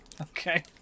Okay